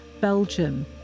Belgium